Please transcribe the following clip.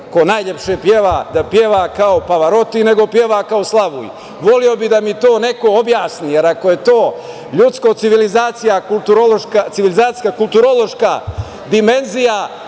ko najlepše peva da peva kao Pavaroti, nego peva kao slavuj. Voleo bih da mi to neko objasni, jer ako je to ljudsko civilizacijska kulturološka dimenzija